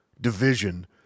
division